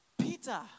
Peter